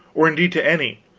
or indeed to any,